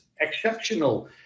exceptional